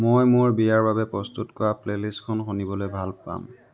মই মোৰ বিয়াৰ বাবে প্ৰস্তুত কৰা প্লে'লিষ্টখন শুনিবলৈ ভাল পাম